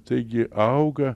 taigi auga